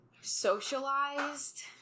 socialized